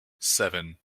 seven